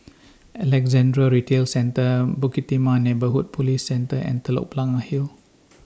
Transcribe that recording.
Alexandra Retail Centre Bukit Timah Neighbourhood Police Centre and Telok Blangah Hill